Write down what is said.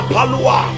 Palua